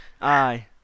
Aye